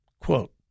quote